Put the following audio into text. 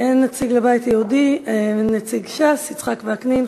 באין נציג לבית היהודי, נציג ש"ס, יצחק וקנין.